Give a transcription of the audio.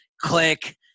click